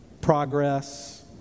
progress